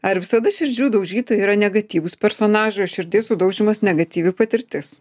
ar visada širdžių daužytojai yra negatyvūs personažai o širdies sudaužymas negatyvi patirtis